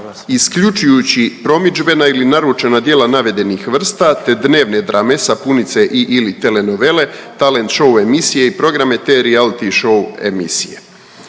isključujući promidžbena i naručena djela navedenih vrsta te dnevne drame, sapunice i/ili telenovele, talent show emisije i programe te reality show emisije.“